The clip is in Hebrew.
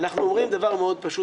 אנחנו אומרים דבר מאוד פשוט.